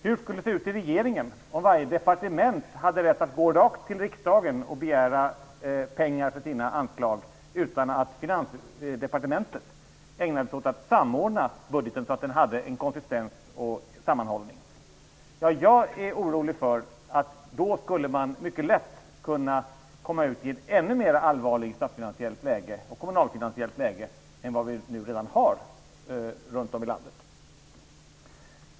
Hur skulle det se ut i regeringen om varje departement hade rätt att gå direkt till riksdagen och begära pengar till sina anslag utan att Finansdepartementet samordnade budgeten? Jag är orolig för att man då mycket lätt skulle hamna i ett ännu mera allvarligt statsfinansiellt och kommunalfinansellt läge än vad vi redan har runt om i landet.